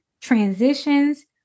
Transitions